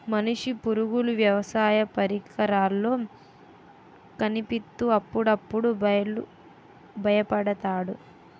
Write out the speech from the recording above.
మనిషి పరుగులు వ్యవసాయ పరికరాల్లో కనిపిత్తు అప్పుడప్పుడు బయపెడతాది